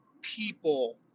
people